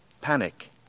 panic